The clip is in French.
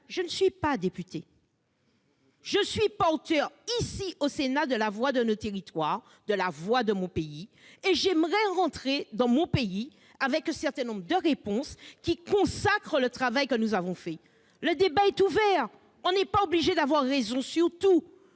Je ne suis pas députée : je suis porteuse, ici au Sénat, de la voix de nos territoires, de la voix de mon pays. J'aimerais rentrer dans mon pays avec un certain nombre de réponses consacrant le travail que nous avons accompli. Le débat est ouvert, et l'on n'est pas obligé d'avoir raison sur tout.